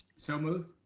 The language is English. so move.